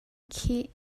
khih